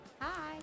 Hi